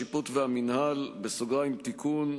השיפוט והמינהל) (תיקון)